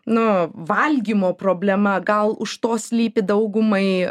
nu valgymo problema gal už to slypi daugumai